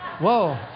whoa